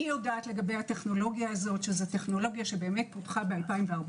אני יודעת לגבי הטכנולוגיה הזאת שפותחה ב-2014